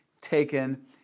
taken